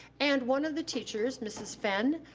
and one of the teachers, mrs. fen,